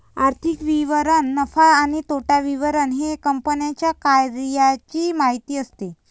आर्थिक विवरण नफा आणि तोटा विवरण हे कंपन्यांच्या कार्याची माहिती असते